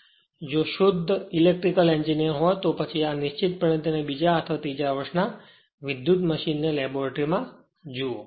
પરંતુ જો શુદ્ધ ઇલેક્ટ્રિકલ એન્જિનિયર હોય તો પછી નિશ્ચિતપણે તેને બીજા વર્ષ અથવા ત્રીજા વર્ષના વિદ્યુત મશીન ને લેબોરેટરીમાં જુઓ